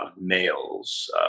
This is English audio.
males